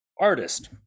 artist